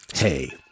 Hey